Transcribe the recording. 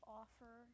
offer